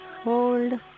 hold